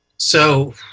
so